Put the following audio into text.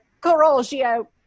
coraggio